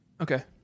Okay